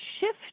shift